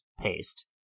paste